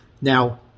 Now